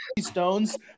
Stones